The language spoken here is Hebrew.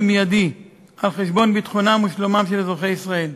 מיידי על חשבון ביטחונם ושלומם של אזרחי ישראל,